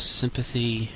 sympathy